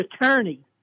attorney